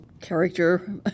character